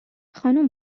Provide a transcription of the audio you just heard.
خانم